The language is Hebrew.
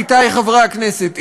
עמיתי חברי הכנסת,